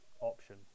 option